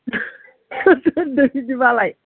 दे बिदिबालाय